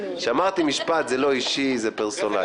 שמעתי משפט: זה לא אישי זה פרסונלי.